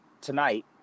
tonight